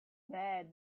bad